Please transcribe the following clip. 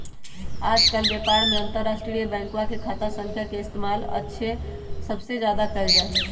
आजकल व्यापार में अंतर्राष्ट्रीय बैंकवा के खाता संख्या के इस्तेमाल सबसे ज्यादा कइल जाहई